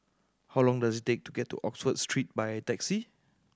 how long does it take to get to Oxford Street by taxi